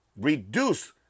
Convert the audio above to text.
reduce